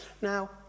Now